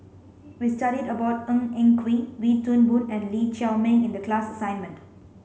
we studied about Ng Eng Kee Wee Toon Boon and Lee Chiaw Meng in the class assignment